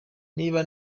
niba